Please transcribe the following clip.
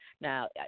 Now